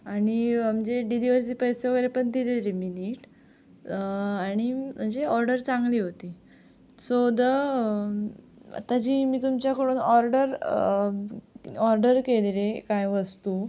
आणि म्हणजे डिलिव्हरीचे पैसे वगैरे पण दिलेले मी नीट आणि म्हणजे ऑर्डर चांगली होती सो द आता जी मी तुमच्याकडून ऑर्डर ऑर्डर केलेली आहे काय वस्तू